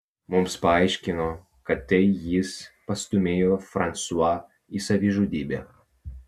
mums paaiškino kad tai jis pastūmėjo fransua į savižudybę